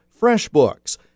FreshBooks